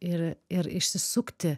ir ir išsisukti